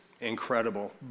incredible